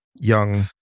young